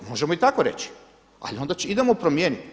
Možemo i tako reći, ali onda idemo promijeniti.